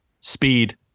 speed